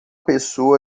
pessoa